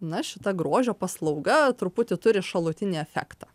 na šita grožio paslauga truputį turi šalutinį efektą